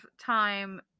time